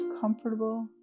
comfortable